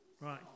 Right